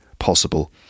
Possible